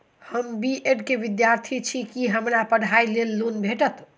हम B Ed केँ विद्यार्थी छी, की हमरा पढ़ाई लेल लोन भेटतय?